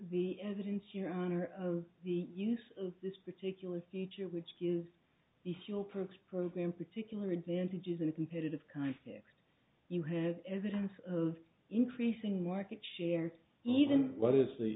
the evidence your honor of the use of this particular feature which gives the fuel perks program particular advantages a competitive context you have evidence of increasing market share even what is the